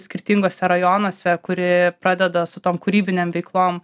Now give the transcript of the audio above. skirtinguose rajonuose kuri pradeda su tom kūrybinėm veiklom